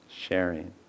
Sharing